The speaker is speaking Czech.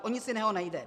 O nic jiného nejde.